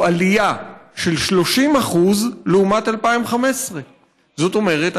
הוא עלייה של 30% לעומת 2015. זאת אומרת,